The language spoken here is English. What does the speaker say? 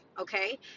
okay